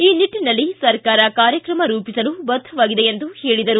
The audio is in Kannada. ಆ ನಿಟ್ಟನಲ್ಲಿ ಸರ್ಕಾರ ಕಾರ್ಯಕ್ರಮ ರೂಪಿಸಲು ಬದ್ದವಾಗಿದೆ ಎಂದು ಹೇಳಿದರು